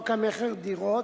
חוק המכר (דירות),